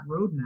roadmap